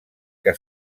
que